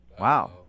Wow